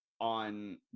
on